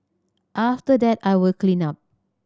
after that I will clean up